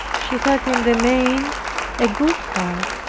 she had in the main a good heart,